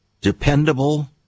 dependable